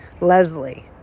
Leslie